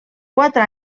quatre